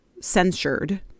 censured